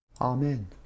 Amen